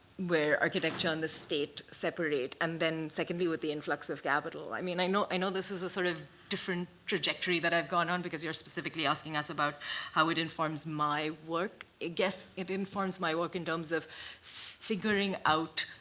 where architecture and the state separate. and then secondly with the influx of capital. i mean, i know i know this is a sort of different trajectory that i've gone on, because you're specifically asking us about how it informs my work. i guess it informs my work in terms of figuring out